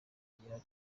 kigihari